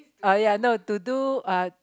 uh ya no to do uh